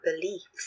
beliefs